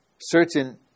certain